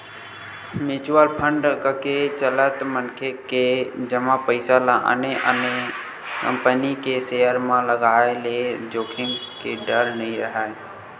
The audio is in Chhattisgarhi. म्युचुअल फंड कके चलत मनखे के जमा पइसा ल आने आने कंपनी के सेयर म लगाय ले जोखिम के डर नइ राहय